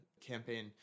campaign